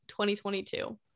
2022